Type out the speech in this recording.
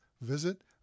visit